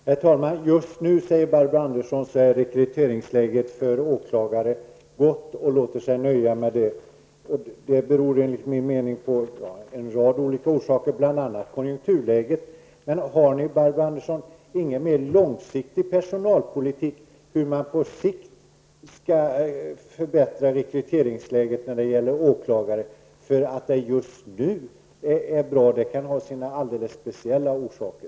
Herr talman! Barbro Andersson säger att rekryteringsläget för åklagare just nu är gott, och hon låter sig nöjas med det. Det beror enligt min mening på en rad olika orsaker, bl.a. konjunkturläget. Har ni, Barbro Andersson, ingen mer långsiktig personalpolitik? Hur skall man på sikt kunna förbättra rekryteringsläget när det gäller åklagare? Att det just nu är bra kan ha särskilda orsaker.